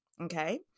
okay